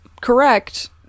correct